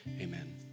Amen